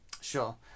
sure